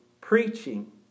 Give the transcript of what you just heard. preaching